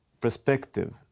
perspective